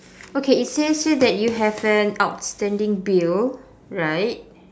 okay it says here that you have an outstanding bill right